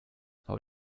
how